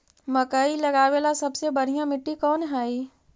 मकई लगावेला सबसे बढ़िया मिट्टी कौन हैइ?